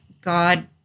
God